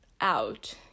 out